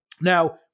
Now